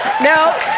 No